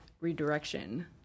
redirection